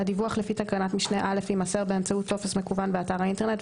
(ב) הדיווח לפי תקנת משנה (א) יימסר באמצעות טופס מקוון באתר האינטרנט,